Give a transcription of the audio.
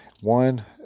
one